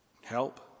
help